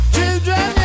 Children